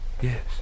Yes